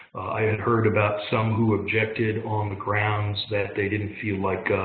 i had heard about some who objected on the grounds that they didn't feel like